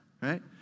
Right